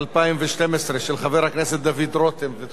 של חבר הכנסת דוד רותם וקבוצת חברי הכנסת.